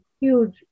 huge